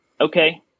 okay